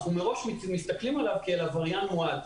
אנחנו מסתכלים מראש כעבריין מועד.